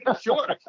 Sure